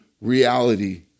reality